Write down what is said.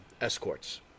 escorts